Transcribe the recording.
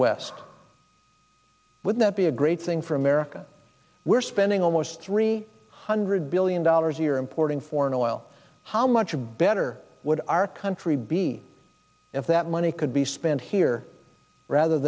west would not be a great thing for america we're spending almost three hundred billion dollars a year importing foreign oil how much better would our country be if that money could be spent here rather